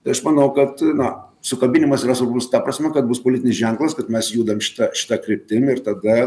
tai aš manau kad na sukabinimas yra svarbus ta prasme kad bus politinis ženklas kad mes judam šita šita kryptim ir tada